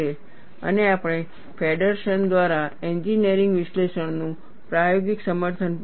અને આપણે ફેડરસન દ્વારા એન્જિનિયરીંગ વિશ્લેષણનું પ્રાયોગિક સમર્થન પણ જોયું છે